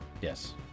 Yes